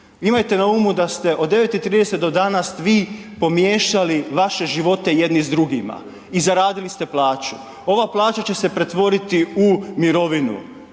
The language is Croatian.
Imajte na umu da ste od 9,30 do dana svi pomiješali vaše živote jedni s drugima i zaradili ste plaću, ova plaća će se pretvoriti u mirovinu.